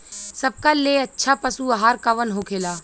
सबका ले अच्छा पशु आहार कवन होखेला?